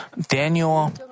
Daniel